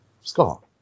Scott